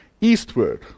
eastward